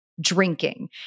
drinking